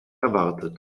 erwartet